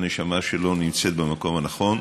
הנשמה שלו נמצאת במקום הנכון,